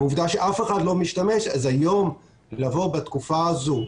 עובדה שאף אחד לא משתמש אז לבוא היום בתקופה הזו,